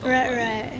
talk about it